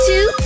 Two